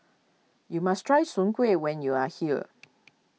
you must try Soon Kuih when you are here